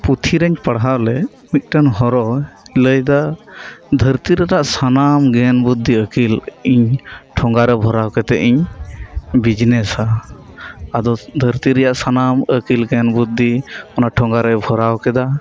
ᱯᱩᱛᱷᱤᱨᱮᱧ ᱯᱟᱲᱦᱟᱣ ᱞᱮᱫ ᱢᱤᱫᱴᱟᱝ ᱦᱚᱨᱚ ᱞᱟᱹᱭ ᱮᱫᱟᱭ ᱫᱷᱟᱹᱨᱛᱤ ᱨᱮᱭᱟᱝ ᱥᱟᱱᱟᱢ ᱜᱮᱭᱟᱱ ᱵᱩᱫᱽᱫᱷᱤ ᱟᱠᱤᱞ ᱤᱧ ᱴᱷᱚᱸᱜᱟ ᱨᱮ ᱵᱷᱚᱨᱟᱣ ᱠᱟᱛᱮᱫ ᱤᱧ ᱵᱤᱜᱱᱮᱥᱟ ᱟᱫᱚ ᱫᱷᱟᱨᱛᱤ ᱨᱮᱭᱟᱜ ᱥᱟᱱᱟᱢ ᱟᱹᱠᱤᱞ ᱜᱮᱭᱟᱱ ᱵᱩᱫᱽᱫᱷᱤ ᱚᱱᱟ ᱴᱷᱚᱸᱜᱟ ᱨᱮᱭ ᱵᱷᱚᱨᱟᱣ ᱠᱮᱫᱟ